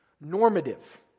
Normative